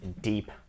deep